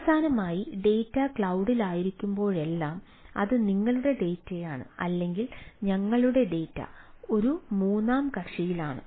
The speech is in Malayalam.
അവസാനമായി ഡാറ്റ ക്ലൌഡിലായിരിക്കുമ്പോഴെല്ലാം അത് നിങ്ങളുടെ ഡാറ്റയാണ് അല്ലെങ്കിൽ ഞങ്ങളുടെ ഡാറ്റ ഒരു മൂന്നാം കക്ഷിയിലാണ്